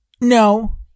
No